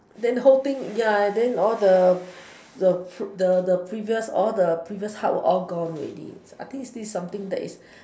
then whole thing ya then all the the the the previous all the previous hardwork all gone already I think this is something that is